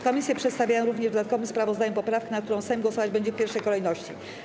Komisje przedstawiają również w dodatkowym sprawozdaniu poprawkę, nad którą Sejm głosować będzie w pierwszej kolejności.